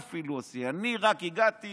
אפילו לא אני עשיתי, אני רק הגעתי